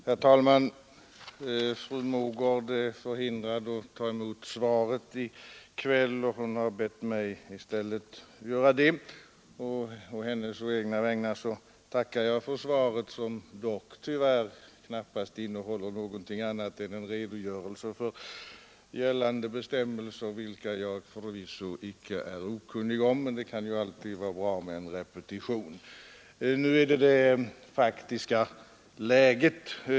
Herr talman! Fru Mogård är förhindrad att ta emot svaret i kväll, och hon har bett mig att i stället göra det. Å hennes vägnar tackar jag för svaret, som dock, tyvärr, knappast innehåller något annat än en redogörelse för gällande bestämmelser, vilka jag förvisso icke är okunnig om. Men det kan alltid vara bra med en repetition.